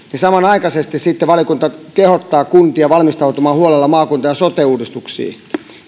samanaikaisesti sitten valiokunta kehottaa kuntia valmistautumaan huolella maakunta ja sote uudistuksiin